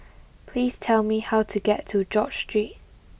please tell me how to get to George Street